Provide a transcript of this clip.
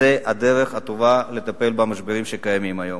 זו הדרך הטובה לטפל במשברים שקיימים היום.